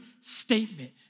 statement